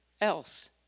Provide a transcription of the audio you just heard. else